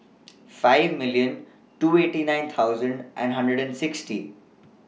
five million twenty nine thousand and hundred and sixty